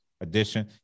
addition